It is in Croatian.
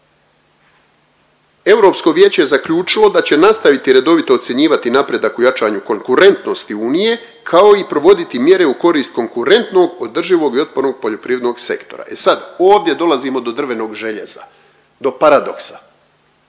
Europsko vijeće je zaključilo da će nastaviti redovito ocjenjivati napredak u jačanju konkurentnosti unije, kao i provoditi mjere u korist konkurentnog, održivog i otpornog poljoprivrednog sektora. E sad ovdje dolazimo do drvenog željeza, do paradoksa.